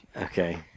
okay